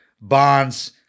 Bonds